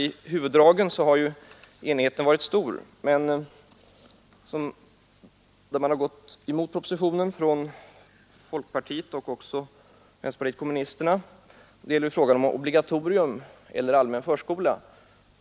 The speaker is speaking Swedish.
I huvuddragen har enigheten som sagt varit stor, men i några detaljfrågor har folkpartiet och vänsterpartiet kommunisterna gått emot propositionen. En av de frågorna gäller obligatorium eller allmän förskola.